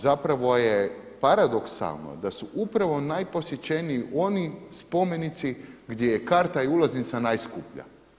Zapravo je paradoksalno da su upravo najposjećeniji oni spomenici gdje je karta i ulaznica najskuplja.